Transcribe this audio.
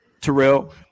Terrell